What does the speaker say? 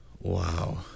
Wow